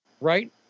right